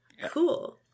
Cool